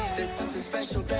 something special that